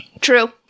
True